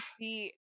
see